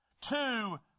two